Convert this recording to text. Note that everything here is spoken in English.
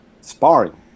sparring